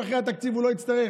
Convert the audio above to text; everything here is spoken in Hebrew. יום אחרי התקציב הוא לא יצטרך.